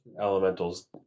elementals